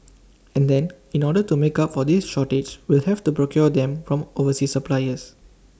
and then in order to make up for this shortage we'll have to procure them from overseas suppliers